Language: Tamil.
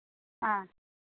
ஆ